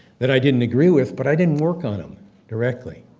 that i didn't agree with, but i didn't work on them directly.